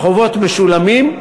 החובות משולמים.